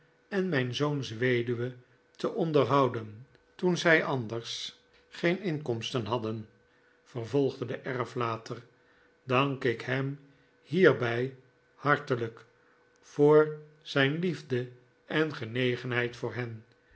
en mijn zoons weduwe te onderhouden toen zij anders geen inkomsten hadden vervolgde de erf later dank ik hem hierbij hartelijk voor zijn liefde en genegenheid voor hen